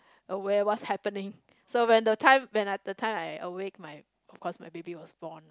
aware what's happening so when the time when I had the time I awake my of course my baby was born